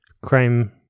crime